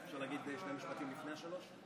אפשר להגיד שני משפטים לפני השלוש?